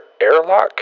airlock